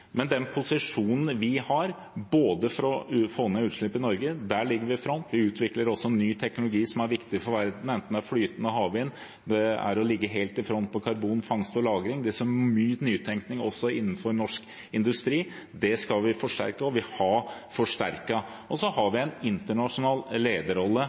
Men den posisjonen vi har for å få ned utslippene i Norge – der ligger vi i front, vi utvikler også ny teknologi som er viktig for verden, enten det er flytende havvind, det er å ligge helt i front på karbonfangst og -lagring eller nytenkning innenfor norsk industri – skal vi forsterke, og vi har forsterket den. Og så har vi en internasjonal lederrolle